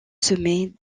sommet